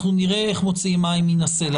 אנחנו נראה איך מוציאים מים מן הסלע.